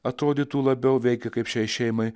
atrodytų labiau veikia kaip šiai šeimai